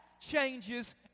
changes